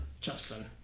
Justin